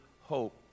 hope